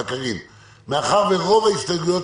שבו חבר הכנסת המכהן כשר או כסגן שר הודיע על הפסקת חברותו בכנסת